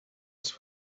als